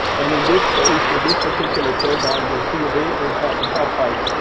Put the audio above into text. and in this case, with this particular turbine, there are two available heights,